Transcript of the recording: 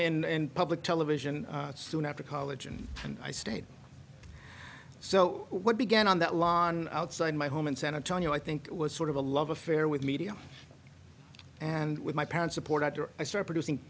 in public television soon after college and i stayed so what began on that lawn outside my home in san antonio i think it was sort of a love affair with media and with my parents support after i start producing